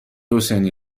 حسینی